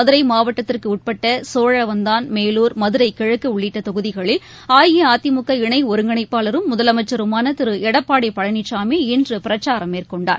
மதுரைமாவட்டத்திற்குஉட்பட்டசோழவந்தான் மேலுர் மதுரைகிழக்குஉள்ளிட்டதொகுதிகளில் அடுஅகிமுக இணைஒருங்கிணைப்பாளரும் முதலமைச்சருமானதிருளடப்பாடிபழனிசாமி இன்றுபிரச்சாரம் மேற்கொண்டார்